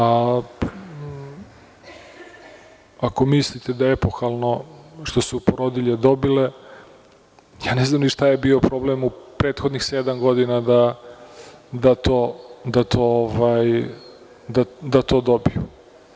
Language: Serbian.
Ako mislite da je epohalno što su porodilje dobile, ne znam ni šta je bio problem u prethodnih sedam godina da to dobiju.